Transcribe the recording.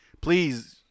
please